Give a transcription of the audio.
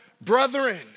brethren